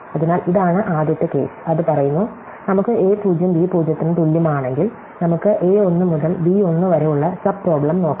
അതിനാൽ ഇതാണ് ആദ്യത്തെ കേസ് അത് പറയുന്നു നമുക്ക് a 0 b 0 ന് തുല്യമാണെങ്കിൽ നമുക്ക് a 1 മുതൽ b 1 വരെ ഉള്ള സബ് പ്രോബ്ലം നോക്കാം